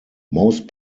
most